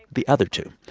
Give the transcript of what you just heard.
the other two.